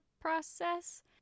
process